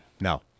No